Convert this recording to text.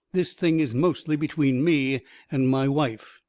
this thing is mostly between me and my wife.